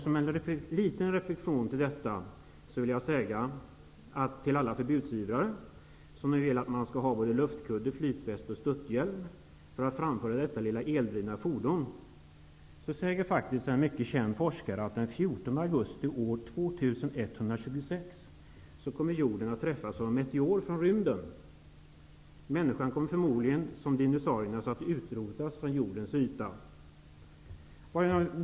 Som en liten reflektion till alla förbudsivrare som vill ha både luftkudde, flytväst och störthjälm för att framföra detta lilla eldrivna fordon kan jag nämna, att en känd forskare säger att den 14 augusti 2126 kommer jorden att träffas av en meteor från rymden. Människan kommer förmodligen, precis som dinosaurierna, att utrotas från jordens yta.